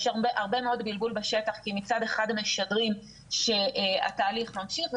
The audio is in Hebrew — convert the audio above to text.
יש הרבה מאוד גלגול בשטח כי מצד אחד הם משדרים שהתהליך ממשיך,